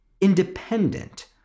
independent